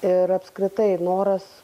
ir apskritai noras